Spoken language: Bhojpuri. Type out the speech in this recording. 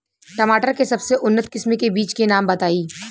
टमाटर के सबसे उन्नत किस्म के बिज के नाम बताई?